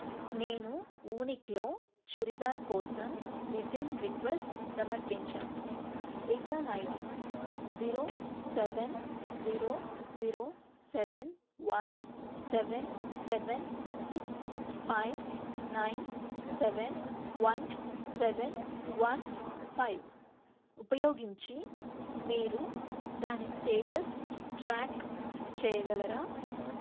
నేను వూనిక్లో చురిదార్ కోసం రిటర్న్ రిక్వెస్ట్ సమర్పించాను return I D zero seven zero zero seven one seven seven six five nine seven one seven one five ఉపయోగించి మీరు దాని స్టేటస్ ట్రాక్ చేయగలరా